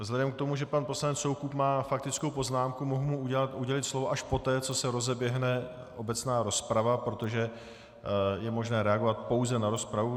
Vzhledem k tomu, že pan poslanec Soukup má faktickou poznámku, mohu mu udělit slovo až poté, co se rozeběhne obecná rozprava, protože je možné reagovat pouze na rozpravu.